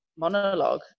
Monologue